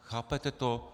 Chápete to?